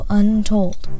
untold